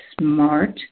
smart